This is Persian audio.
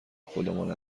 خودمان